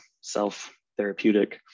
self-therapeutic